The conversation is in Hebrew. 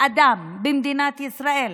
בני אדם במדינת ישראל,